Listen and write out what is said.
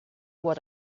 what